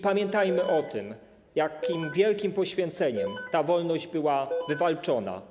Pamiętajmy o tym, jakim wielkim poświęceniem ta wolność była wywalczona.